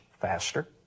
faster